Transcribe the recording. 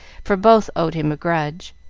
for both owed him a grudge.